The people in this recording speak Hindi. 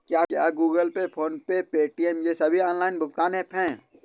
क्या Google Pay PhonePe Paytm ये सभी ऑनलाइन भुगतान ऐप हैं?